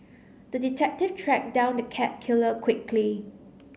the detective tracked down the cat killer quickly